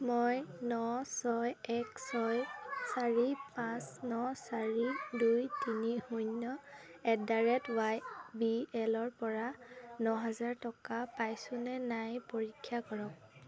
মই ন ছয় এক ছয় চাৰি পাঁচ ন চাৰি দুই তিনি শূন্য এট দা ৰেট ৱাইবিএলৰ পৰা ন হাজাৰ টকা পাইছোনে নাই পৰীক্ষা কৰক